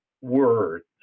words